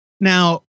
Now